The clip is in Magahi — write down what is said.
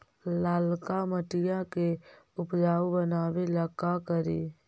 लालका मिट्टियां के उपजाऊ बनावे ला का करी?